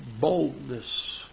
boldness